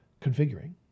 configuring